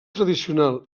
tradicional